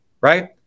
Right